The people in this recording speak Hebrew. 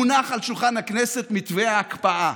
מונח על שולחן הכנסת מתווה ההקפאה.